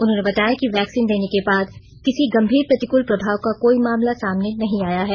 उन्होंने बताया कि वैक्सीन देने के बाद किसी गंभीर प्रतिकूल प्रभाव का कोई मामला सामने नहीं आया है